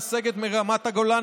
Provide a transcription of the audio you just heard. לסגת מרמת הגולן,